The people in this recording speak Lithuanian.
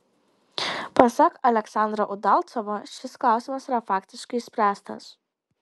pasak aleksandro udalcovo šis klausimas yra faktiškai išspręstas